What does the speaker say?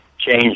change